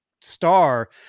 star